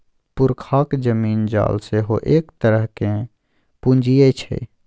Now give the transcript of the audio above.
पुरखाक जमीन जाल सेहो एक तरहक पूंजीये छै